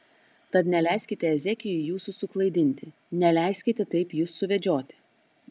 tad neleiskite ezekijui jūsų suklaidinti neleiskite taip jus suvedžioti